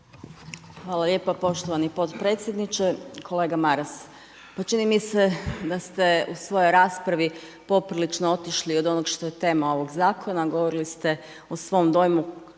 Hvala lijepa poštovani potpredsjedniče. Kolega Maras, pa čini mi se da ste u svojoj raspravi poprilično otišli od onoga što je tema ovoga zakona. Govorili ste o svom dojmu